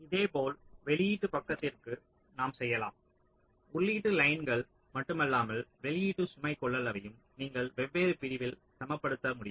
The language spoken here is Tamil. இதேபோல் வெளியீட்டு பக்கத்திற்கு நாம் செய்யலாம் உள்ளீட்டு லைன்ஸ்கள் மட்டுமல்லாமல் வெளியீட்டு சுமை கொள்ளளவையும் நீங்கள் வெவ்வேறு பிரிவில் சமப்படுத்த முடியும்